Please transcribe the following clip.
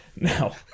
Now